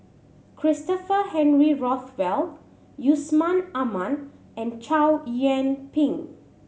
Christopher Henry Rothwell Yusman Aman and Chow Yian Ping